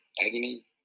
agony